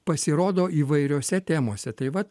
pasirodo įvairiose temose tai vat